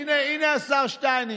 הינה, הינה, השר שטייניץ.